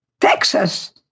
Texas